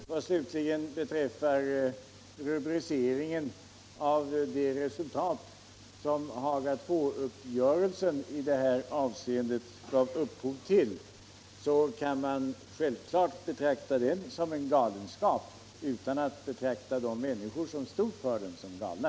Vad slutligen beträffar rubriceringen av det resultat som Haga II-uppgörelsen i det här avseendet gav upphov till, så kan man självfallet betrakta den uppgörelsen som en galenskap utan att betrakta de människor som stod för den som galna.